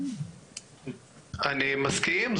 אני מסכים.